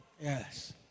Yes